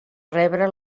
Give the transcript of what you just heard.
rebre